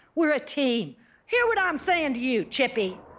we're a team hear what i'm sayin to you, chippy.